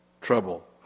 trouble